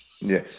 Yes